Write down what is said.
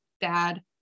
dad